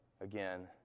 again